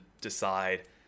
decide